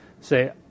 Say